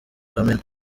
kamena